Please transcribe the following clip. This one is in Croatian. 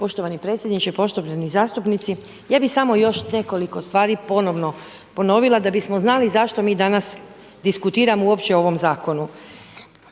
Poštovani predsjedniče, poštovani zastupnici. Ja bih samo još nekoliko stvari ponovo ponovila da bismo znali zašto mi danas diskutiramo uopće o ovom zakonu.